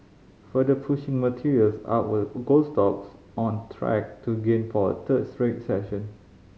further pushing materials up were gold stocks on track to gain for a third straight session